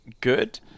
good